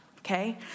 Okay